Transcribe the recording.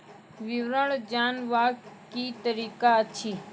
विवरण जानवाक की तरीका अछि?